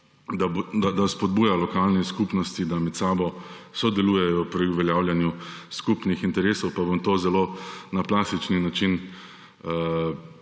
da spodbuja lokalne skupnosti, da med seboj sodelujejo pri uveljavljanju skupnih interesov, pa bom to zelo na plastični način